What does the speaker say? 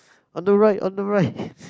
on the right on the right